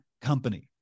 company